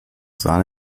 sahne